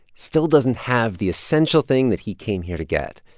still doesn't have the essential thing that he came here to get.